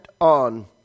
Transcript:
on